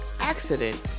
accident